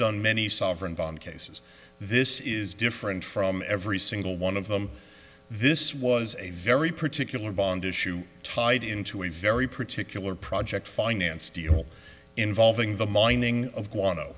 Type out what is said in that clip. done many sovereign bond cases this is different from every single one of them this was a very particular bond issue tied into a very particular project finance deal involving the mining of